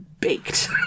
baked